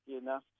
enough